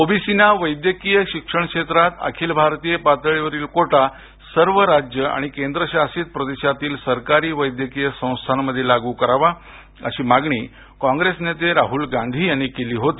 ओबीसींना वैद्यकीय शिक्षण क्षेत्रात अखिल भारतीय पातळीवरील कोटा सर्व राज्य आणि केंद्रशासित प्रदेशातील सरकारी वैद्यकीय संस्थांमध्ये लागू करावा अशी मागणी कॉंग्रेस नेते राहुल गांधी यांनी केली होती